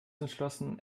entschlossen